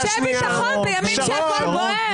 אבל אנשי ביטחון בימים שהכול בוער?